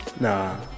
Nah